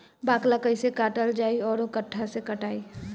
बाकला कईसे काटल जाई औरो कट्ठा से कटाई?